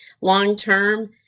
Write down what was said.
long-term